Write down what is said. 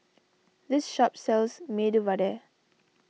this shop sells Medu Vada